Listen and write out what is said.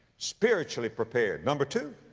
spiritually prepared. number two.